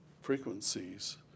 frequencies